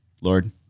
Lord